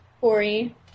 corey